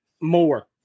more